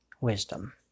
wisdom